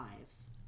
eyes